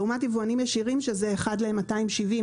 לעומת יבואנים ישירים שזה אחד לכ-270.